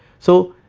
so,